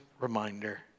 reminder